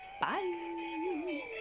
Bye